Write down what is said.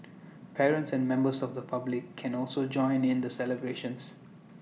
parents and members of the public can also join in the celebrations